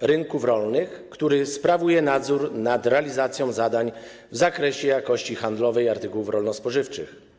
rynków rolnych, który sprawuje nadzór nad realizacją zadań w zakresie jakości handlowej artykułów rolno-spożywczych.